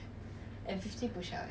!wah! fifty push up is a lot eh